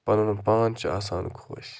پَنُن پان چھُ آسان خۄش